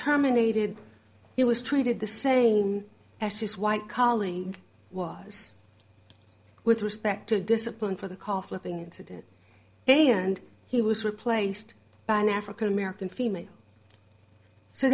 terminated he was treated the same as his white colleague was with respect to discipline for the call flipping incident and he was replaced by an african american female so